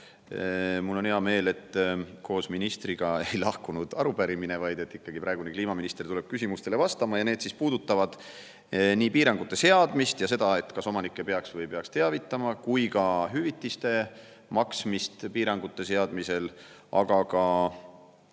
Mul on hea meel, et koos ministriga ei lahkunud arupärimine, vaid praegune kliimaminister tuleb ikkagi küsimustele vastama. Need puudutavad nii piirangute seadmist ja seda, kas omanikke peaks või ei peaks neist teavitama, kui ka hüvitiste maksmist piirangute seadmisel, aga ka